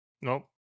Nope